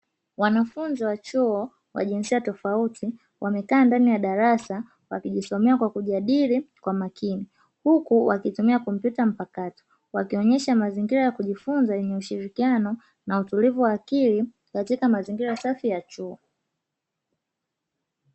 Wanafunzi wa chuo wa jinsia tofauti, wamekaa ndani ya darasa wakijisomea kwa kujadili kwa makini, huku wakitumia kompyuta mpakato, wakionyesha mazingira ya kujifunza ya ushirikiano na utulivu wa akili katika mazingira safi ya chuo.